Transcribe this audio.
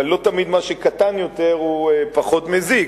אבל לא תמיד מה שקטן יותר הוא פחות מזיק.